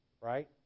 Right